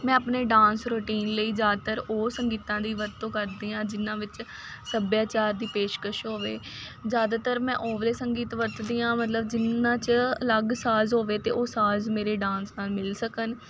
ਮੈਂ ਆਪਣੇ dance routine ਲਈ ਜ਼ਿਆਦਾਤਰ ਉਹ ਸੰਗੀਤਾਂ ਦੀ ਵਰਤੋਂ ਕਰਦੀ ਹਾਂ ਜਿਹਨਾਂ ਵਿੱਚ ਸੱਭਿਆਚਾਰ ਦੀ ਪੇਸ਼ਕਸ਼ ਹੋਵੇ ਜ਼ਿਆਦਾਤਰ ਮੈਂ ਓਹ ਵਾਲੇ ਸੰਗੀਤ ਵਰਤਦੀ ਹਾਂ ਮਤਲਬ ਜਿਹਨਾਂ 'ਚ ਅਲੱਗ ਸਾਜ ਹੋਵੇ ਅਤੇ ਉਹ ਸਾਜ ਮੇਰੇ ਡਾਂਸ ਨਾਲ ਮਿਲ ਸਕਣ